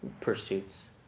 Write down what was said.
pursuits